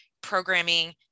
programming